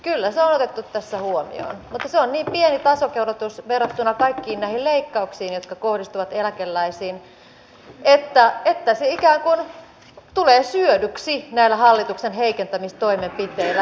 kyllä se on otettu tässä huomioon mutta se on niin pieni tasokorotus verrattuna kaikkiin näihin leikkauksiin jotka kohdistuvat eläkeläisiin että se ikään kuin tulee syödyksi näillä hallituksen heikentämistoimenpiteillä